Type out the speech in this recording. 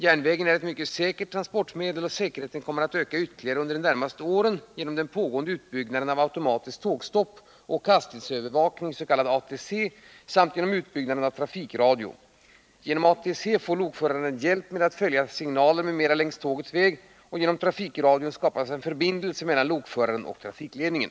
Järnvägen är ett mycket säkert transportmedel, och säkerheten kommer att öka ytterligare under de närmaste åren genom den pågående utbyggnaden av automatiskt tågstopp och hastighetsövervakning, s.k. ATC, samt genom utbyggnaden av trafikradio. Genom ATC får lokföraren hjälp med att följa signaler m.m. längs tågets väg och genom trafikradion skapas en förbindelse mellan lokföraren och trafikledningen.